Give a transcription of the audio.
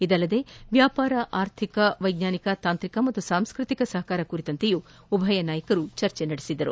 ಇದಲ್ಲದೆ ವ್ಯಾಪಾರ ಆರ್ಥಿಕ ವೈಜ್ಞಾನಿಕ ತಾಂತ್ರಿಕ ಮತ್ತು ಸಾಂಸ್ಕೃತಿಕ ಸಹಕಾರ ಕುರಿತಂತೆಯೂ ಉಭಯ ಮುಖಂಡರು ಚರ್ಚಿಸಿದ್ದಾರೆ